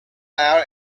out